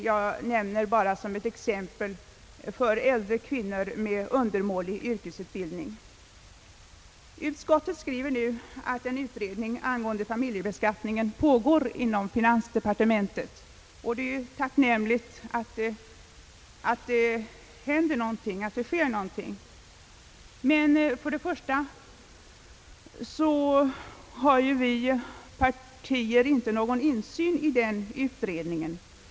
Jag nämner bara såsom ett exempel problemen för äldre kvinnor med undermålig yrkesutbildning. Utskottet skriver att en utredning angående familjebeskattningen pågår inom finansdepartementet. Det är ju tacknämligt att det händer någonting. Men för det första har emellertid vi inom oppositionspartierna inte någon insyn i denna utredning.